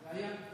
זה היה.